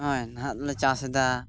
ᱱᱚᱜᱼᱚᱭ ᱱᱟᱦᱟᱜᱞᱮ ᱪᱟᱥ ᱮᱫᱟ